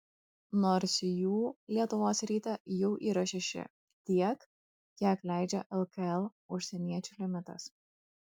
nors jų lietuvos ryte jau yra šeši tiek kiek leidžia lkl užsieniečių limitas